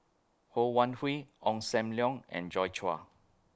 Ho Wan Hui Ong SAM Leong and Joi Chua